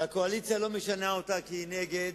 והקואליציה לא משנה אותה כי היא נגד,